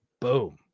boom